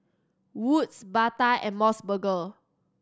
Wood's Bata and Mos Burger